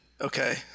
okay